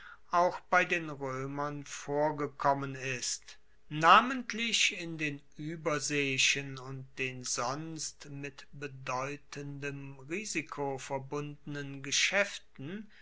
auch bei den roemern vorgekommen ist namentlich in den ueberseeischen und den sonst mit bedeutendem risiko verbundenen geschaeften